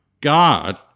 God